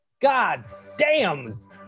goddamn